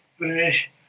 finish